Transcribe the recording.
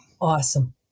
Awesome